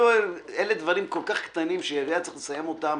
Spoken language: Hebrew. אלה דברים כל כך קטנים שהיה צריך לסיים אותם